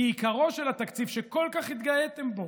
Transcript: כי עיקרו של התקציב שכל כך התגאיתם בו,